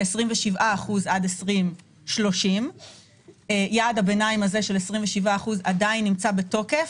ו-27% עד שנת 2030. יעד הביניים הזה של 27% עדיין נמצא בתוקף.